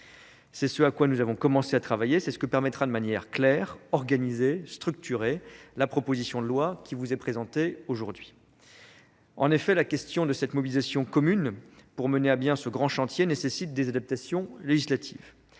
c'est ce à quoi nous avons commencé à travailler, c'est ce qui permettra de manière claire, organisée, structurer la proposition de loi qui vous est présentée aujourd'hui. En effet, la question de cette mobilisation commune pour mener à bien ce grand chantier nécessite des adaptations législatives.